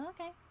Okay